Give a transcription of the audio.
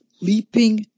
Leaping